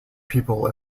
people